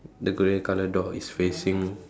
the grey colour dog is facing